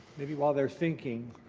maybe while they're thinking,